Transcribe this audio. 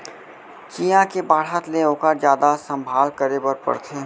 चियॉ के बाढ़त ले ओकर जादा संभाल करे बर परथे